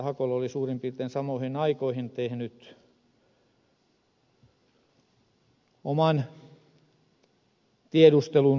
hakola oli suurin piirtein samoihin aikoihin tehnyt oman tiedustelunsa